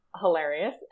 hilarious